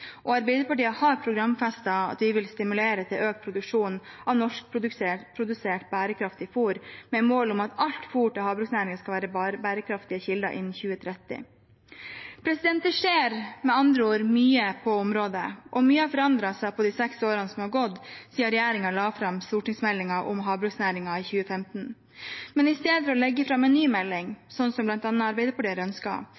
Arbeiderpartiet har programfestet at vi vil stimulere til økt produksjon av norskprodusert bærekraftig fôr, med mål om at alt fôr til havbruksnæringen skal være fra bærekraftige kilder innen 2030. Det skjer med andre ord mye på området, og mye har forandret seg på de seks årene som har gått siden regjeringen la fram stortingsmeldingen om havbruksnæringen i 2015. Men i stedet for å legge fram en ny